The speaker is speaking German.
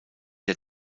der